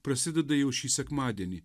prasideda jau šį sekmadienį